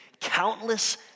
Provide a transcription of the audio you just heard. countless